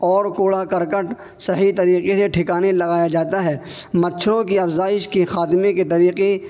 اور کوڑا کرکٹ صحیح طریقے سے ٹھکانے لگایا جاتا ہے مچھروں کی افزائش کی خاتمے کے طریقے